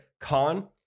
con